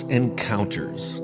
encounters